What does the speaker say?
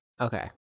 Okay